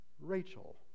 Rachel